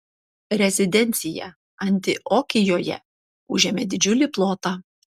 rezidencija antiokijoje užėmė didžiulį plotą